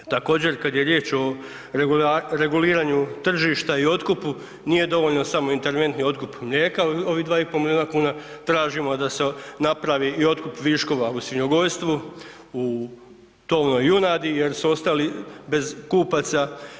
Također kada je riječ o reguliranju tržišta i otkupu, nije dovoljno samo interventni otkup mlijeka i ovih 2,5 milijuna kuna, tražimo da se napravi i otkup viškova u svinjogojstvu u tovnoj junadi jer su ostali bez kupaca.